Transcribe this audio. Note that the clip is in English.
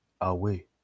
away